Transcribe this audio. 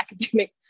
academic